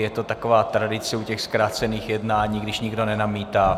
Je to taková tradice u těch zkrácených jednání, když nikdo nenamítá.